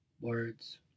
Words